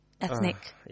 ethnic